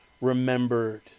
remembered